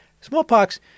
Smallpox